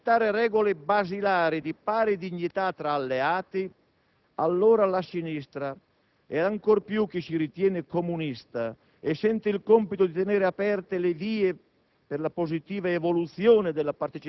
Possiamo e dobbiamo riprovarci, ma se non è questa la strada che insieme si decide di ripercorrere, se si pensa di potere uscire dai binari o di sganciare vagoni